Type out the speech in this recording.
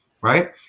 right